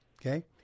Okay